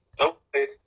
Okay